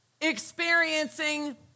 experiencing